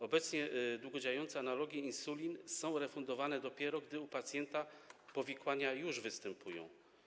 Obecnie długo działające analogi insulin są refundowane dopiero wtedy, gdy u pacjenta powikłania już występują.